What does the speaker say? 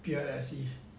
P_L_S_E